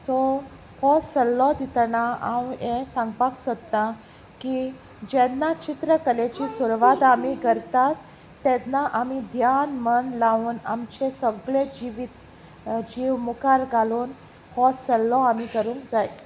so हो सल्लो दितना हांव हें सांगपाक सोदतां की जेन्ना चित्रकलेची सुरवात आमी करतात तेन्ना आमी ध्यान मन लावन आमचें सगळे जिवीत जीव मुखार घालून हो सल्लो आमी करूंक जाय